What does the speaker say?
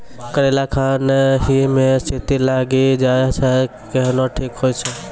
करेला खान ही मे चित्ती लागी जाए छै केहनो ठीक हो छ?